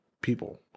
people